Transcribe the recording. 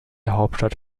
hauptstadt